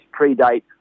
predate